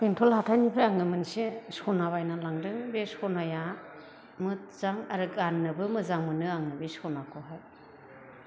बेंटल हाथायनिफ्राय आङो मोनसे सना बायनानै लांदों बे सनाया मोजां आरो गान्नोबो मोजां मोनो आं बे सनाखौहाय